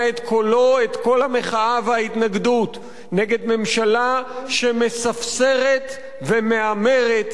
את קול המחאה וההתנגדות נגד ממשלה שמספסרת ומהמרת על החיים של כולנו.